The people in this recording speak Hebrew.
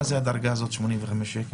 איזו דרגה זאת של 85 שקלים?